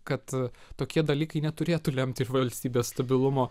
kad tokie dalykai neturėtų lemti valstybės stabilumo